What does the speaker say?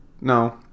No